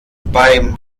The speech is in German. beim